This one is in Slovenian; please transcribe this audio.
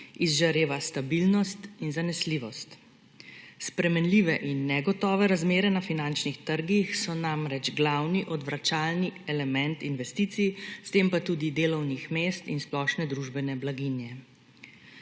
izžareva stabilnost in zanesljivost. Spremenljive in negotove razmere na finančnih trgih so namreč glavni odvračalni element investicij, s tem pa tudi delovnih mest in splošne družbene blaginje.